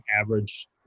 average